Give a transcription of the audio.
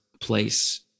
place